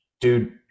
dude